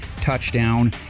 touchdown